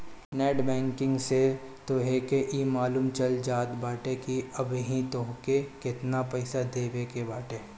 net banking से तोहके इ मालूम चल जात बाटे की अबही तोहके केतना पईसा देवे के बाटे